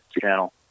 channel